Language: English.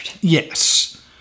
Yes